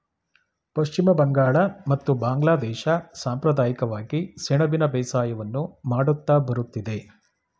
ಪಶ್ಚಿಮ ಬಂಗಾಳ ಮತ್ತು ಬಾಂಗ್ಲಾದೇಶ ಸಂಪ್ರದಾಯಿಕವಾಗಿ ಸೆಣಬಿನ ಬೇಸಾಯವನ್ನು ಮಾಡುತ್ತಾ ಬರುತ್ತಿದೆ